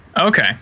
Okay